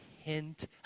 Hint